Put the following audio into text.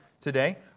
today